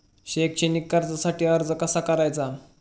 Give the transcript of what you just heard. शैक्षणिक कर्जासाठी अर्ज कसा करायचा?